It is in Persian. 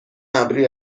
ابری